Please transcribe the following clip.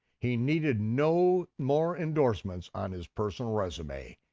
he needed no more endorsements on his personal resume.